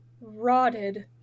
rotted